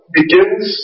begins